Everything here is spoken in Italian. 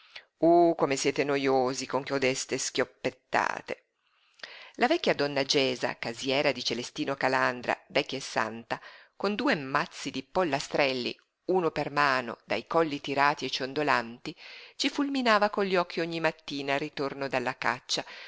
uh come siete nojosi con codeste schioppettate la vecchia donna gesa casiera di celestino calandra vecchia e santa con due mazzi di pollastrelli uno per mano dai colli tirati e ciondolanti ci fulminava con gli occhi ogni mattina al ritorno dalla caccia